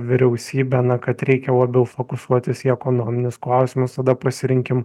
vyriausybę na kad reikia labiau fokusuotis į ekonominius klausimus tada pasirinkim